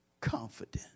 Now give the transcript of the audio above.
confident